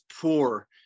poor